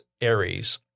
Aries